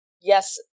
yes